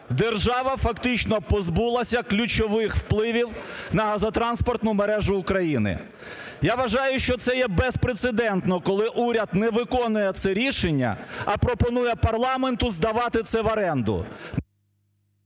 держава фактично позбулася ключових впливів на газотранспортну мережу України. Я вважаю, що це є безпрецедентно, коли уряд не виконує це рішення, а пропонує парламенту здавати це в оренду.